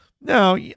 Now